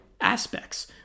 aspects